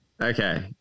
Okay